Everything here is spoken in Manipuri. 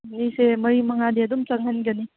ꯃꯤꯁꯦ ꯃꯔꯤ ꯃꯉꯥꯗꯤ ꯑꯗꯨꯝ ꯆꯪꯍꯟꯒꯅꯤ